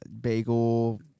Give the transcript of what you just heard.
bagel